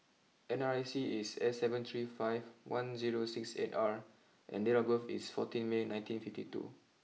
N R I C is S seven three five one zero six eight R and date of birth is fourteen May nineteen fifty two